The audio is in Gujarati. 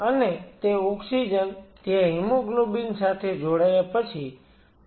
અને તે ઓક્સિજન ત્યાં હિમોગ્લોબિન સાથે જોડાયા પછી ફરી પાછો આવે છે